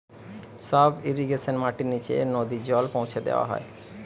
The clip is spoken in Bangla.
সাব ইর্রিগেশনে মাটির নিচে নদী জল পৌঁছা দেওয়া হয়